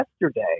yesterday